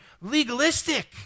legalistic